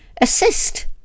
Assist